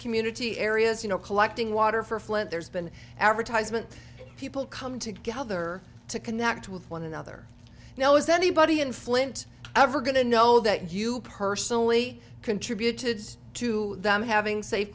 community areas you know collecting water for flint there's been advertisement people come together to connect with one another you know is anybody in flint ever going to know that you personally contributed to them having safe